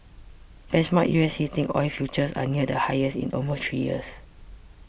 benchmark U S heating oil futures are near the highest in almost three years